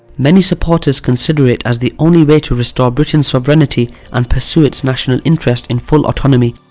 many supporters consider it as the only way to restore britain's sovereignty and pursue its national interest in full autonomy,